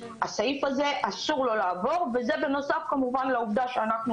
לסעיף הזה אסור לעבור וזה בנוסף לעובדה שאנחנו